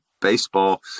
baseball